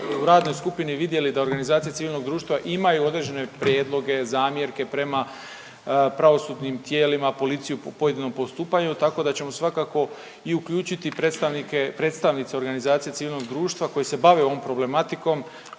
u radnoj skupini vidjeli da organizacije civilnog društva imaju određene prijedloge, zamjerke prema pravosudnim tijelima, policiju u pojedinom postupanju tako da ćemo svakako i uključiti predstavnike, predstavnice organizacije civilnog društva koji se bave ovom problematikom